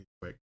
quick